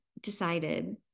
decided